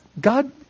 God